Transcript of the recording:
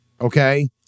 Okay